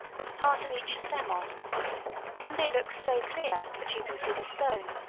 with part of each stem on when they look so clear that you can see the stone,